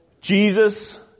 Jesus